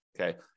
Okay